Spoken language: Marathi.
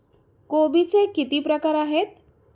कोबीचे किती प्रकार आहेत?